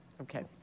okay